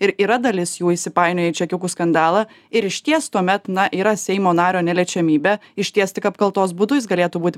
ir yra dalis jų įsipainioję į čekiukų skandalą ir išties tuomet na yra seimo nario neliečiamybė išties tik apkaltos būdu jis galėtų būti